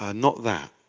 ah not that.